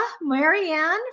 Marianne